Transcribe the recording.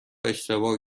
اشتباه